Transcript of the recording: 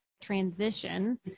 transition